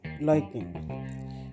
liking